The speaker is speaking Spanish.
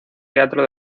teatro